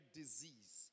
disease